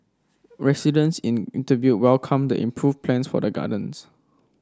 residents in interviewed welcomed the improved plans for the gardens